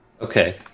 okay